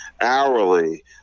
hourly